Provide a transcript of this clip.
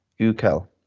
Ukel